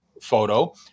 photo